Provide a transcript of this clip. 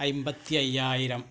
അന്പത്തി അയ്യായിരം